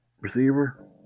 receiver